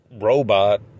Robot